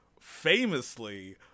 famously